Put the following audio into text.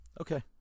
Okay